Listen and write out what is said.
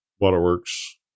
waterworks